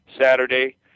Saturday